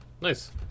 Nice